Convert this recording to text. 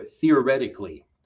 theoretically